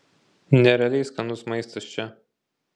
nerealiai skanus maistas čia